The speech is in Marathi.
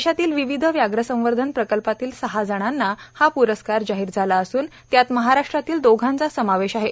देशातील विविध व्याघ्र संवर्धन प्रकल्पातील सहाजणांना हा प्रस्कार जाहीर झाला असून त्यात महाराष्ट्रातील दोघांचा समावेश आहे